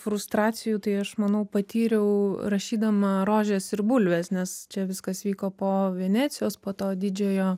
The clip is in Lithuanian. frustracijų tai aš manau patyriau rašydama rožės ir bulvės nes čia viskas vyko po venecijos po to didžiojo